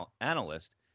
analyst